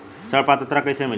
ऋण पात्रता कइसे मिली?